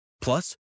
Plus